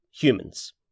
humans